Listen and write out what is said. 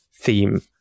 theme